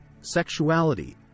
sexuality